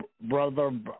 Brother